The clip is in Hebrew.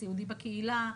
סיעודי בקהילה,